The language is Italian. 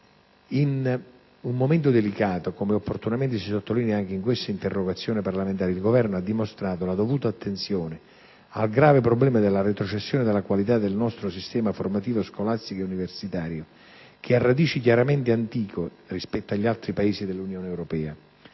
In un momento delicato, come opportunamente si sottolinea anche in questa interrogazione parlamentare, il Governo ha dimostrato la dovuta attenzione al grave problema della retrocessione della qualità del nostro sistema formativo scolastico e universitario, che ha radici chiaramente antiche, rispetto agli altri Paesi dell'Unione Europea.